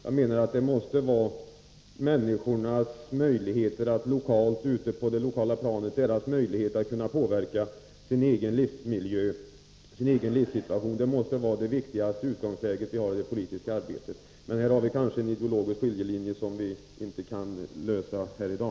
Jag menar att den viktigaste utgångspunkten i det politiska arbetet måste vara människornas möjligheter att på det lokala planet påverka sin egen livsmiljö och sin egen livssituation. Här har vi en ideologisk skiljelinje som vi inte kan komma till rätta med i dag.